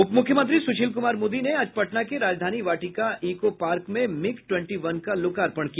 उप मुख्यमंत्री सुशील कुमार मोदी ने आज पटना के राजधानी वाटिका इको पार्क में मिग ट्वेंटी वन का लोकार्पण किया